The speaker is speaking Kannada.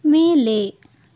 ಮೇಲೆ